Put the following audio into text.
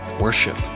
worship